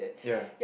ya